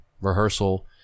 rehearsal